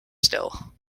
still